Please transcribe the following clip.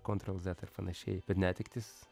kontrol zet ir panašiai bet netektys